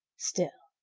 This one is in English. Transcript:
still,